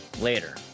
Later